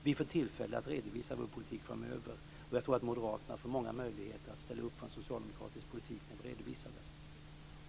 Vi får tillfälle att redovisa vår politik framöver, och jag tror att moderaterna får många möjligheter att ställa upp för en socialdemokratisk politik när vi redovisar den.